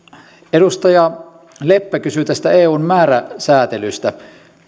edustaja leppä kysyi tästä eun määräsäätelystä